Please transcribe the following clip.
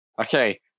Okay